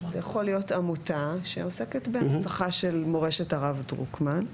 זה יכול להיות עמותה שעוסקת בהנצחה של מורשת הרב דרוקמן,